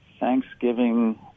Thanksgiving